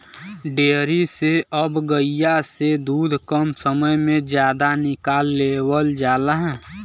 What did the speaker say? dairy से अब गइया से दूध कम समय में जादा निकाल लेवल जाला